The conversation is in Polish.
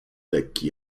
lekki